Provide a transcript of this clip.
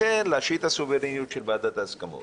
לכן יש להשאיר את הסוברניות של ועדת ההסכמות,